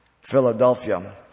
Philadelphia